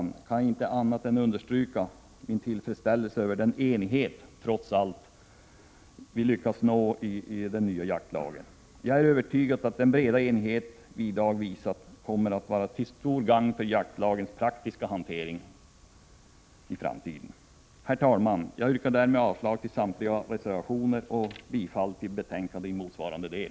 Jag kan inte annat än understryka min tillfredsställelse över den enighet vi trots allt lyckats nå om den nya jaktlagen. Jag är övertygad om att den breda enighet vi i dag visat kommer att vara till stort gagn för jaktlagens praktiska hantering i framtiden. Herr talman! Jag yrkar därmed avslag på samtliga reservationer och bifall till utskottets hemställan i motsvarande del.